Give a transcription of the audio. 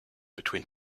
between